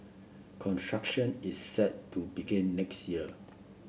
construction is set to begin next year